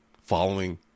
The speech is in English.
following